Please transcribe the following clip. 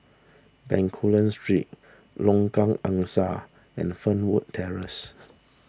Bencoolen Street Lengkok Angsa and Fernwood Terrace